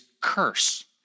curse